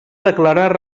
declarar